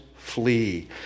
flee